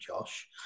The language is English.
Josh